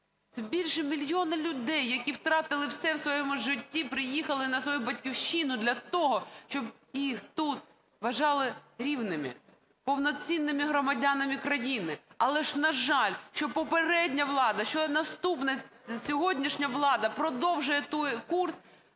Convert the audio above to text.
більше мільйона людей, які втратили все у своєму житті, приїхали на свою Батьківщину для того, щоб їх тут вважали рівними, повноцінними громадянами країни. Але ж, на жаль, що попередня влада, що сьогоднішня влада продовжує той курс